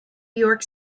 york